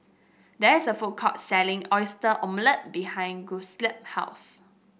there is a food court selling Oyster Omelette behind Giuseppe's house